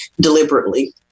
deliberately